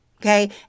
okay